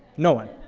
no one.